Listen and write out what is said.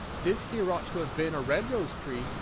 this here ought to have been a red rose-tree,